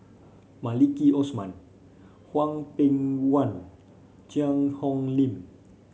Maliki Osman Hwang Peng Yuan Cheang Hong Lim